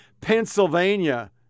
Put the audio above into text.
Pennsylvania